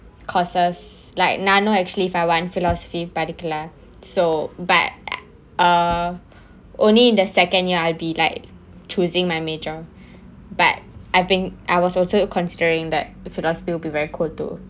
courses like நானும்:naanum actually if I want philosophy படிக்கல:padikkala so but uh only in the second year I'd be like choosing my major but I think I was also considering that philosophy will be very cool too